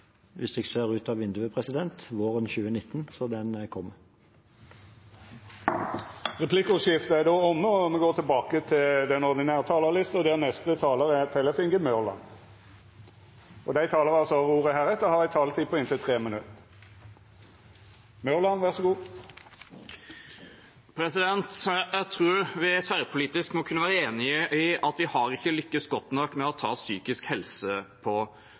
hvis jeg ser ut av vinduet – våren 2019, så den kommer. Replikkordskiftet er omme. Dei talarane som heretter får ordet, har ei taletid på inntil 3 minutt. Jeg tror vi tverrpolitisk må kunne være enige om at vi ikke har lykkes godt nok med å ta psykisk helse på